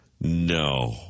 No